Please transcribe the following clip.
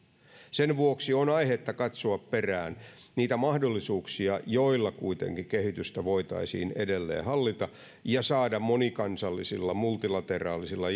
sen vuoksi on aihetta katsoa perään niitä mahdollisuuksia joilla kuitenkin kehitystä voitaisiin edelleen hallita ja saada monikansallisilla multilateraalisilla